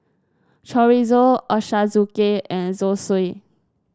Chorizo Ochazuke and Zosui